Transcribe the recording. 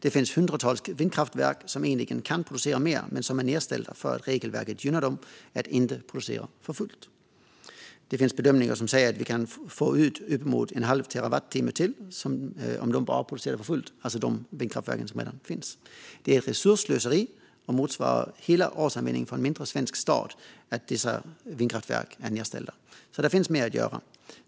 Det finns hundratals vindkraftverk som egentligen kan producera mer men som är nedstängda för att regelverket gynnar dem att inte producera för fullt. Det finns bedömare som säger att vi kan få ut uppemot en halv terawattimme till om de vindkraftverk som redan finns producerar för fullt. Det är ett resursslöseri som motsvarar hela årsanvändningen för en mindre svensk stad att dessa vindkraftverk är nedställda. Här finns mer att göra.